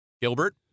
Gilbert